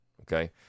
Okay